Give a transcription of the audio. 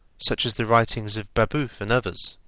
such as the writings of babeuf and others.